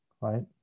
right